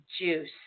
juice